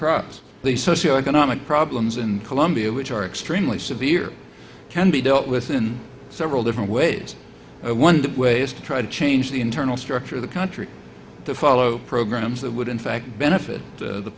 crops the socioeconomic problems in colombia which are extremely severe can be dealt with in several different ways one way is to try to change the internal structure of the country to follow programs that would in fact benefit